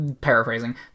paraphrasing